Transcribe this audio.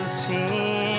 see